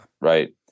Right